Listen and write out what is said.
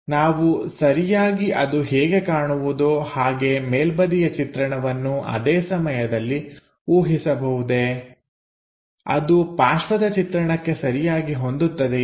ನಾವು ಸರಿಯಾಗಿ ಅದು ಹೇಗೆ ಕಾಣುವುದೋ ಹಾಗೆ ಮೇಲ್ಬದಿಯ ಚಿತ್ರಣವನ್ನು ಅದೇ ಸಮಯದಲ್ಲಿ ಊಹಿಸಬಹುದೇ ಅದು ಪಾರ್ಶ್ವದ ಚಿತ್ರಣಕ್ಕೆ ಸರಿಯಾಗಿ ಹೊಂದುತ್ತದೆಯೇ